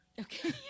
Okay